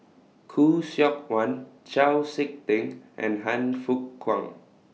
Khoo Seok Wan Chau Sik Ting and Han Fook Kwang